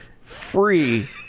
free